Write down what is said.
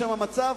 ששם המצב,